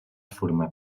formar